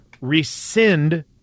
rescind